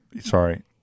Sorry